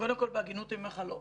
קודם כל בהגינות אני אומר לך, לא.